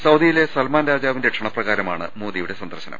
സൌദിയിലെ Salman രാജാവിന്റെ ക്ഷണപ്രകാരമാണ് മോദി യുടെ സന്ദർശനം